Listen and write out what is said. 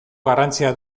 garrantzia